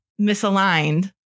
misaligned